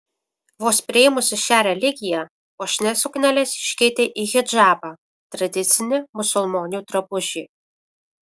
vos priėmusi šią religiją puošnias sukneles iškeitė į hidžabą tradicinį musulmonių drabužį